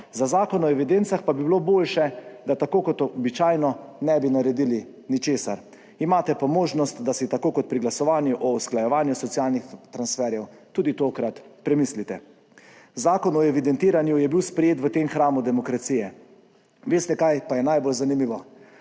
za Zakon o evidencah pa bi bilo boljše, da tako kot običajno ne bi naredili ničesar. Imate pa možnost, da si tako kot pri glasovanju o usklajevanju socialnih transferjev, tudi tokrat premislite. Zakon o evidentiranju je bil sprejet v tem hramu demokracije. Veste kaj pa je najbolj zanimivo?